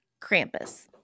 Krampus